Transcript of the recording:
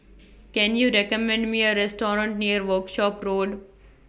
Can YOU recommend Me A Restaurant near Workshop Road